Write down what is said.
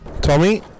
Tommy